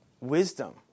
wisdom